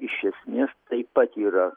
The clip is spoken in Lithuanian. iš esmės taip pat yra